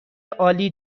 عالی